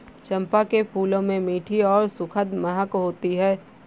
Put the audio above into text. चंपा के फूलों में मीठी और सुखद महक होती है